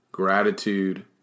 Gratitude